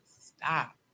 stop